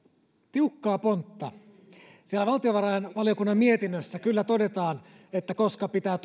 tiukkaa pontta siellä valtiovarainvaliokunnan mietinnössä kyllä todetaan koska pitää